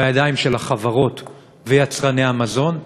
בידיים של החברות ויצרני המזון?